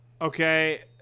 Okay